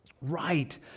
right